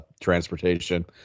transportation